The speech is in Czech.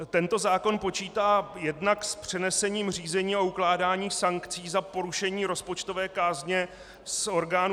Tento zákon počítá jednak s přenesením řízení a ukládání sankcí za porušení rozpočtové kázně z orgánů